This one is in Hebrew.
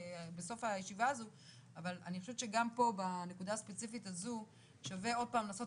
אבל אני חושבת שגם בנקודה הספציפית הזו שווה עוד פעם לעשות